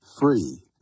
free